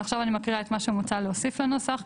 ועכשיו אני מקריאה את מה שמוצע להוסיף לנוסח: